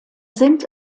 sind